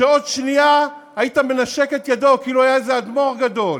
שעוד שנייה היית מנשק את ידו כאילו היה איזה אדמו"ר גדול.